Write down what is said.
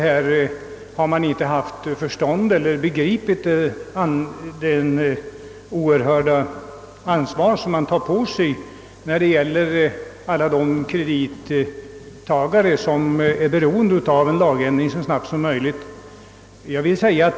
Herr Regnéll menar att man inte har begripit det oerhörda ansvar som man tar på sig gentemot alla de kredittagare som är beroende av en så snabb lagändring som möjligt.